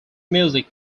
music